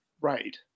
Right